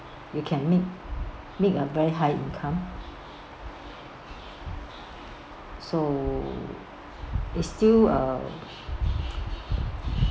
you can make make a very high income so is still a